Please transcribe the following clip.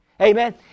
Amen